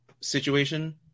situation